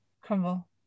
Crumble